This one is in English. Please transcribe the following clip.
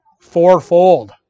fourfold